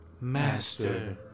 Master